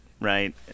right